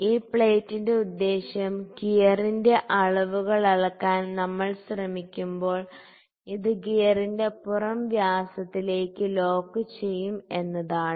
ഈ പ്ലേറ്റിന്റെ ഉദ്ദേശ്യം ഗിയറിന്റെ അളവുകൾ അളക്കാൻ നമ്മൾ ശ്രമിക്കുമ്പോൾ ഇത് ഗിയറിന്റെ പുറം വ്യാസത്തിലേക്ക് ലോക്ക് ചെയ്യും എന്നതാണ്